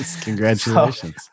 Congratulations